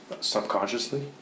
subconsciously